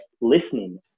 listening